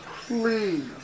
please